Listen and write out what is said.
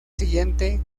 siguiente